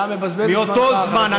מאותו זמן.